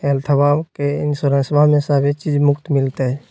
हेल्थबा के इंसोरेंसबा में सभे चीज मुफ्त मिलते?